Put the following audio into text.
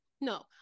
no